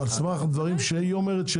על סמך הדברים שהיא אומרת,